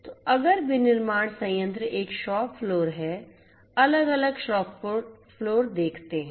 तो अगर विनिर्माण संयंत्र एक शॉप फ्लोर है अलग अलग शॉप फ्लोर देखते हैं